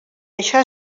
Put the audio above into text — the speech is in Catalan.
això